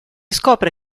scopre